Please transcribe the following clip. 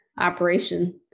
operation